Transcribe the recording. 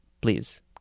Please